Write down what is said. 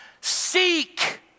Seek